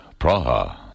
Praha